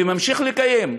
וממשיך לקיים.